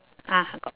ah got